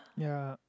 ya